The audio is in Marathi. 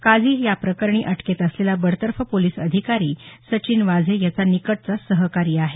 काझी हा या प्रकरणी अटकेत असलेला बडतर्फ पोलिस अधिकारी सचिन वाझे याचा निकटचा सहकारी आहे